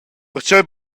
pertgei